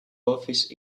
office